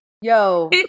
yo